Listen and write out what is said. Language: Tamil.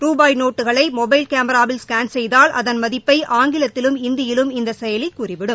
ருபாய் நோட்டுக்களை மொபைல் சேமராவில் ஸ்கேன் செய்தால் அதன் மதிப்பை ஆங்கிலத்திலும் இந்தியிலும் இந்த செயலி கூறிவிடும்